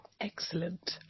Excellent